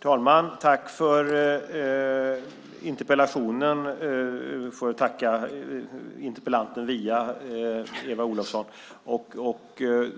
Herr talman! Jag tackar för interpellationen. Jag får väl tacka interpellanten via Eva Olofsson.